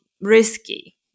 risky